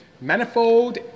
manifold